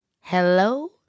Hello